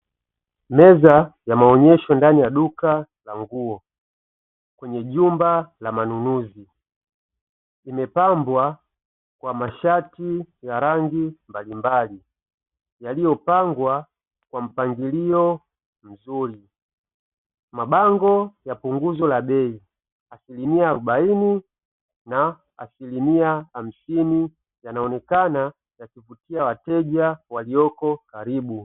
Meza ya maonyesho ndani ya duka la nguo kwenye jumba la manunuzi limepambwa kwa mashati ya rangi mbalimbali yaliyopangwa kwa mpangilio mzuri. Mabango ya punguzo ya bei asilimia arobaini na asilimia hamsini yanaonekana yakivutia wateja walioko karibu.